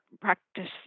practice